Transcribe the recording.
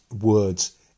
words